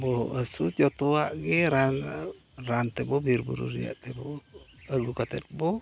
ᱵᱚᱦᱚᱜ ᱦᱟᱹᱥᱩ ᱡᱚᱛᱚᱣᱟᱜ ᱜᱮ ᱨᱟᱱ ᱨᱟᱱ ᱛᱮᱫ ᱵᱚᱱ ᱵᱤᱨᱼᱵᱩᱨᱩ ᱨᱮᱭᱟᱜ ᱛᱮᱵᱚ ᱟᱹᱜᱩ ᱠᱟᱛᱮᱫ ᱵᱚ